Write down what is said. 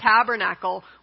tabernacle